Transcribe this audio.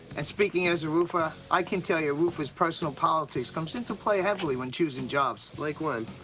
and speaking as a roofer, i can tell you a roofer's personal politics comes into play heavily when choosing jobs. like when?